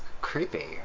creepy